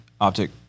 optic